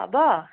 হ'ব